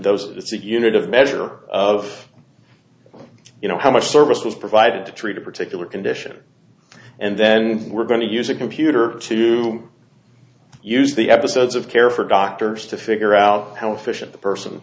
sick unit of measure of you know how much service was provided to treat a particular condition and then we're going to use a computer to use the episodes of care for doctors to figure out how efficient the person